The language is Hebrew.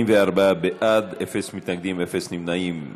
44 בעד, אין מתנגדים, אין נמנעים.